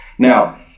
Now